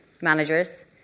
managers